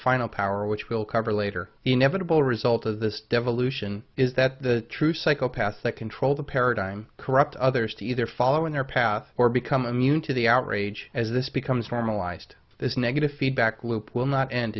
final power which will cover later the inevitable result of this devolution is that the true psychopaths that control the paradigm corrupt others to either follow in their path or become immune to the outrage as this becomes formalized this negative feedback loop will not end